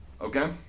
Okay